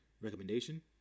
recommendation